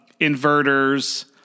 inverters